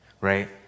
right